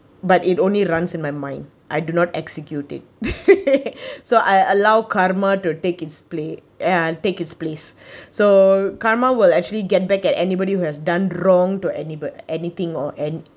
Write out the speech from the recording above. but it only runs in my mind I do not execute it so I allow karma to take it's play and take its place so karma will actually get back at anybody who has done wrong to enable anything or and